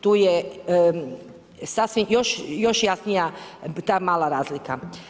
Tu je sasvim, još jasnija ta mala razlika.